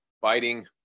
fighting